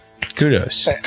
kudos